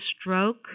stroke